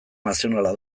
nazionala